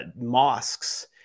mosques